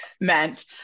meant